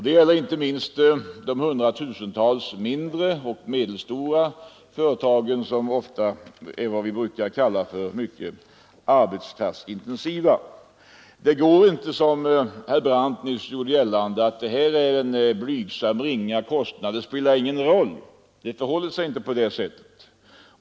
Det gäller inte minst de hundratusentals mindre och medelstora företagen, som ofta är vad vi brukar kalla arbetskraftsintensiva. Det går inte att göra gällande, som herr Brandt nyss gjorde, att detta är en blygsam kostnad som inte spelar någon roll. Det förhåller sig inte så.